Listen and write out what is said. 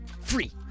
free